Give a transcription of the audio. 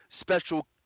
special